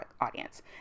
audience